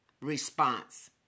response